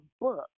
book